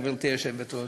גברתי היושבת-ראש.